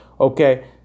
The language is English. okay